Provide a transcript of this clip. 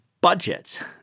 budgets